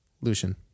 Lucian